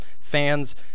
fan's